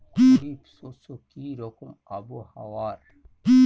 খরিফ শস্যে কি রকম আবহাওয়ার?